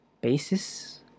basis